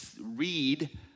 Read